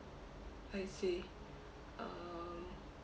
I see um